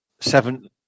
seven